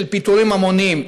של פיטורים המוניים.